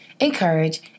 encourage